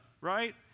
right